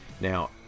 Now